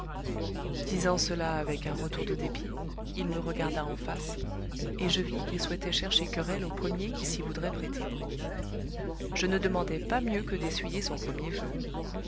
disant cela avec un retour de dépit il me regarda en face et je vis qu'il souhaitait chercher querelle au premier qui s'y voudrait prêter je ne demandais pas mieux que d'essuyer son premier feu